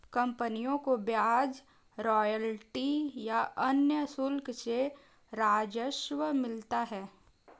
कंपनियों को ब्याज, रॉयल्टी या अन्य शुल्क से राजस्व मिलता है